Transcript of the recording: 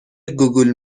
گوگول